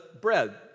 bread